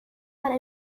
para